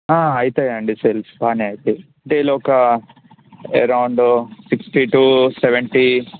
అవుతాయండి సేల్స్ బాగానే అయితాయి అంటే ఇందులో ఒక అరౌండ్ సిక్స్టీ టూ సెవెంటీ